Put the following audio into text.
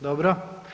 Dobro.